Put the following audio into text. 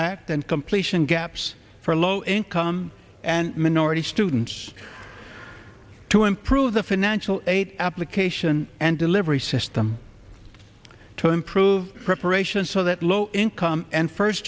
act and completion gaps for low income and minority students to improve the financial aid application and delivery system turn prove preparation so that low income and first